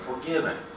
forgiven